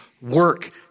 work